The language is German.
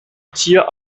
tier